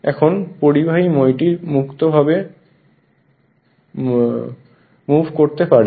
এখানে পরিবাহী মইটি মুক্ত ভাবে মুভ করতে পারে